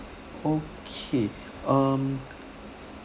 okay um